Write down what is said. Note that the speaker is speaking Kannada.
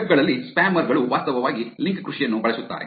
ವೆಬ್ ಗಳಲ್ಲಿ ಸ್ಪ್ಯಾಮರ್ ಗಳು ವಾಸ್ತವವಾಗಿ ಲಿಂಕ್ ಕೃಷಿಯನ್ನು ಬಳಸುತ್ತಾರೆ